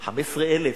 15,000?